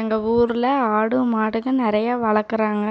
எங்கள் ஊரில் ஆடு மாடுங்க நிறைய வளக்கிறாங்க